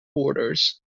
borders